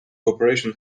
cooperation